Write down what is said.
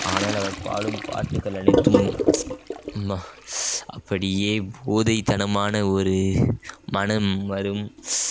ஆனால் அவர் பாடும் பாட்டுக்கள் அனைத்தும் ம்மா அப்படியே போதை தனமான ஒரு மனம் வரும்